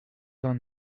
vingt